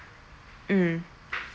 mm